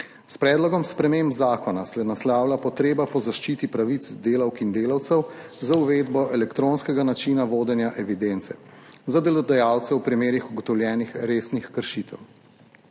S predlogom sprememb zakona se naslavlja potreba po zaščiti pravic delavk in delavcev z uvedbo elektronskega načina vodenja evidence za delodajalce v primerih ugotovljenih resnih kršitev.